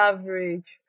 Average